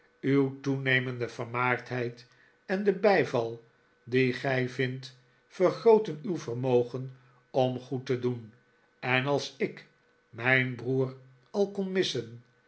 uw toenemende vermaardheid en de bijval dien gij vindt vergrooten uw vermogen om goed te doen en als i k mijn broer al kon missen